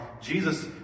Jesus